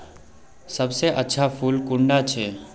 सबसे अच्छा फुल कुंडा छै?